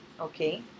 okay